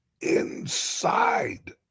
Inside